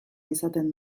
izaten